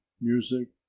music